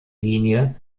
linie